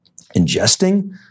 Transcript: ingesting